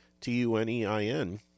t-u-n-e-i-n